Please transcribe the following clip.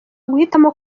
guhitamo